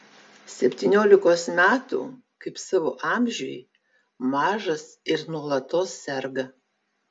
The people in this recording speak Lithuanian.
septyniolikos metų kaip savo amžiui mažas ir nuolatos serga